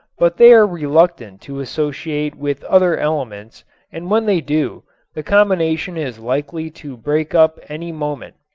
but they are reluctant to associate with other elements and when they do the combination is likely to break up any moment.